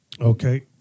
Okay